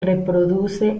reproduce